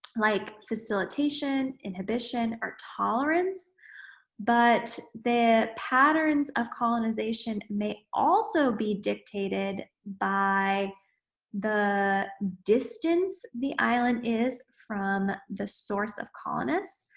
like facilitation, inhibition, or tolerance but the patterns of colonization may also also be dictated by the distance the island is from the source of colonists,